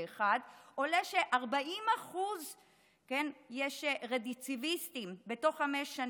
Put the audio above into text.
עולה שיש 40% רצידיביסטים בתוך חמש שנים,